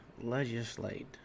legislate